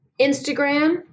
Instagram